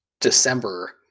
December